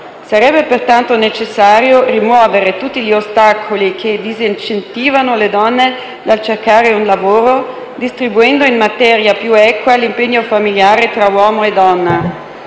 Sarebbe pertanto necessario rimuovere tutti gli ostacoli che disincentivano le donne dal cercare un lavoro, distribuendo in maniera più equa l'impegno familiare tra uomo e donna.